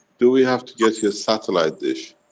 do we have to get you a satellite dish?